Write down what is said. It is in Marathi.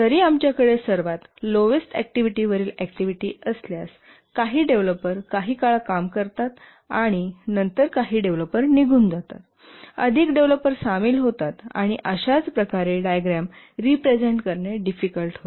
जरी आमच्याकडे सर्वात लोवेस्ट ऍक्टिव्हिटी वरील ऍक्टिव्हिटी असल्यास काही डेव्हलपर काही काळ काम करतात आणि नंतर काही डेव्हलपर निघून जातात अधिक डेव्हलपर सामील होतात आणि अशाच प्रकारे डायग्राम रिप्रेझेंट करणे डिफिकल्ट होते